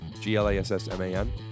G-L-A-S-S-M-A-N